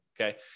okay